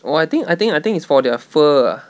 well I think I think I think it's for their fur ah